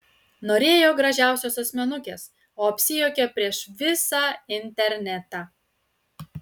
norėjo gražiausios asmenukės o apsijuokė prieš visą internetą